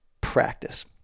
Practice